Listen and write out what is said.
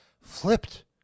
flipped